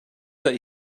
that